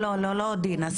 לא, לא דינה.